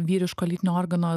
vyriško lytinio organo